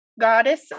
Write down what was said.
goddess